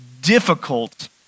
difficult